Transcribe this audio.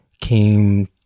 came